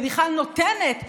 ובכלל נותנת פסיכולוגיות,